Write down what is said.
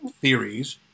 theories